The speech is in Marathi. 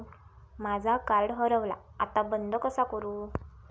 माझा कार्ड हरवला आता बंद कसा करू?